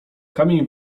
kamień